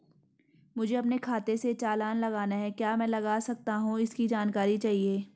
मुझे अपने खाते से चालान लगाना है क्या मैं लगा सकता हूँ इसकी जानकारी चाहिए?